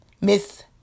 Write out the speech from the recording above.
Miss